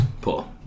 Pull